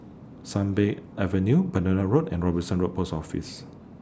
Sunbird Avenue Pereira Road and Robinson Road Post Office